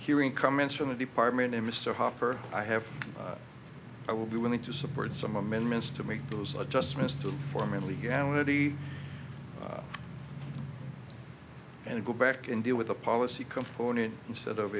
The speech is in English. hearing comments from the department and mr hopper i have i will be willing to support some amendments to make those adjustments to form illegality and go back and deal with the policy component instead of